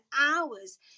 hours